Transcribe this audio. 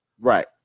Right